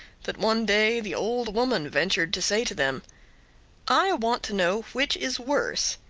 that one day the old woman ventured to say to them i want to know which is worse,